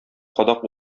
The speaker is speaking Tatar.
кадак